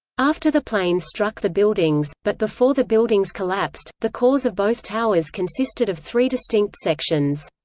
after the planes struck the buildings, but before the buildings collapsed, the cores of both towers consisted of three distinct sections.